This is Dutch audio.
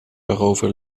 erover